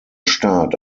staat